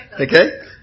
Okay